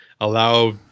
allow